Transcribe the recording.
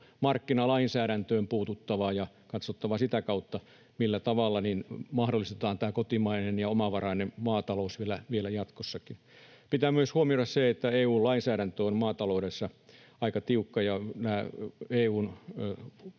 markkinalainsäädäntöön puututtava ja katsottava sitä kautta, millä tavalla mahdollistetaan kotimainen ja omavarainen maatalous vielä jatkossakin. Pitää myös huomioida se, että EU-lainsäädäntö on maataloudessa aika tiukka ja nämä